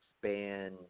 span